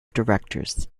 directors